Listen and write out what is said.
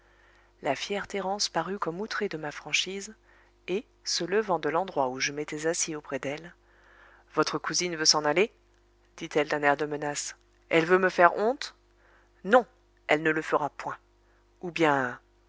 la fière thérence parut comme outrée de ma franchise et se levant de l'endroit où je m'étais assis auprès d'elle votre cousine veut s'en aller dit-elle d'un air de menace elle veut me faire honte non elle ne le fera point ou bien